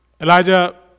Elijah